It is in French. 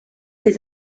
des